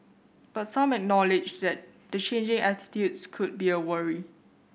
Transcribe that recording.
but some acknowledged that the changing attitudes could be a worry